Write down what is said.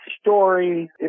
story